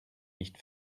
nicht